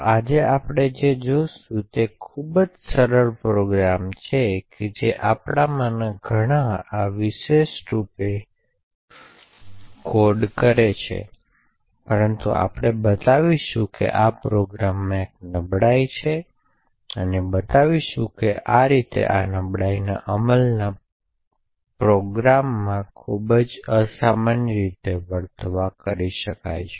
તો આજે આપણે જે જોશું તે ખૂબ જ સરળ પ્રોગ્રામ છે જે આપણામાંના ઘણા આ વિશેષ રૂપે કોડ કરે છે પરંતુ આપણે બતાવીશું કે આ પ્રોગ્રામમાં એક નબળાઈ છે અને બતાવીશું કે કેવી રીતે આ નબળાઈનો અમલ પ્રોગ્રામને ખૂબ જ અસામાન્ય રીતે વર્તવા કરી શકાય છે